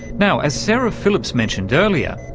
now, as sara phillips mentioned earlier,